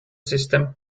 system